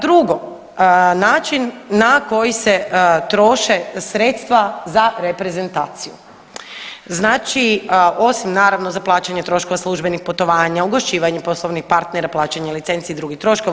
Drugo način na koji se troše sredstva za reprezentaciju, znači osim naravno za plaćanje troškova službenih putovanja, ugošćivanju poslovnih partnera, plaćanje licenci i drugih troškova.